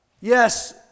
Yes